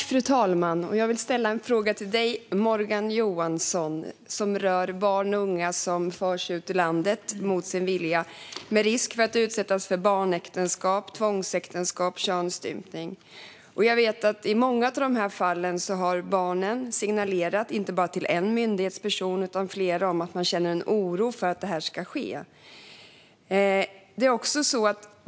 Fru talman! Jag vill ställa en fråga till dig, Morgan Johansson, som rör barn och unga som förs ut ur landet mot sin vilja, med risk för att utsättas för barnäktenskap, tvångsäktenskap eller könsstympning. Jag vet att i många av dessa fall har barnen signalerat inte bara till en myndighetsperson utan flera att de känner en oro för att detta ska ske.